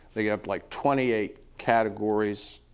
they have like twenty eight categories,